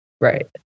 Right